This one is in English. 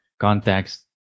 context